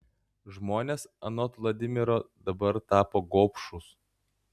žmonės anot vladimiro dabar tapo gobšūs